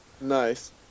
Nice